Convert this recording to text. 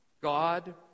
God